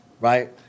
right